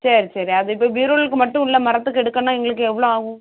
சரி சரி அது இப்போ பீரோலுக்கு மட்டும் உள்ள மரத்துக்கு எடுக்கணும்னா எங்களுக்கு எவ்வளோ ஆகும்